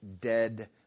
dead